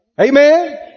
Amen